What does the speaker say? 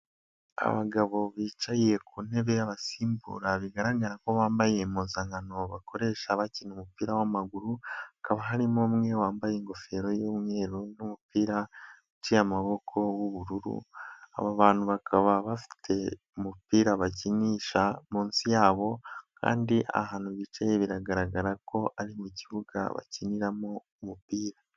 Abagabo bicaye ku ntebe y'abasimbura bigaragara ko bambaye impuzankano bakoresha bakina umupira w'amaguru, hakaba harimo umwe wambaye ingofero y'umweru n'umupira uciye amaboko w'ubururu. Aba bantu bakaba bafite umupira bakinisha, munsi yabo kandi ahantu bicaye biragaragara ko ari mukibuga bakiniramo umupira.